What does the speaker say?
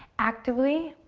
actively,